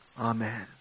Amen